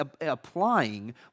applying